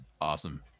awesome